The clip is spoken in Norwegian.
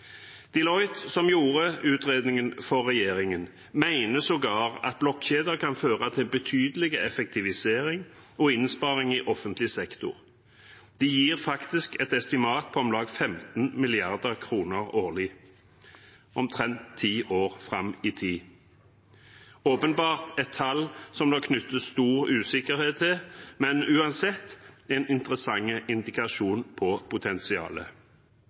Deloitte, som gjorde utredningen for regjeringen, mener sågar at blokkjeder kan føre til betydelig effektivisering og innsparing i offentlig sektor. De gir faktisk et estimat på om lag 15 mrd. kr årlig, omtrent ti år fram i tid. Dette er åpenbart et tall som det er knyttet stor usikkerhet til, men det er uansett en interessant indikasjon på potensialet.